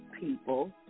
people